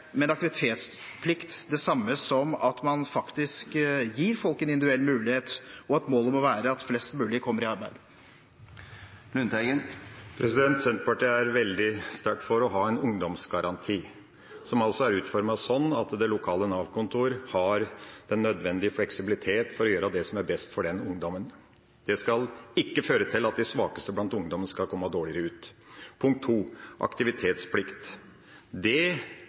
samme som at man gir folk en individuell mulighet, og at målet må være at flest mulig kommer i arbeid? Senterpartiet er veldig sterkt for å ha en ungdomsgaranti som er utformet sånn at det lokale Nav-kontoret har den nødvendige fleksibiliteten til å gjøre det som er best for den enkelte ungdommen. Det skal ikke føre til at de svakeste blant ungdommen kommer dårligere ut. Aktivitetsplikt er vi for, og det